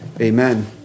Amen